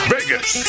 Vegas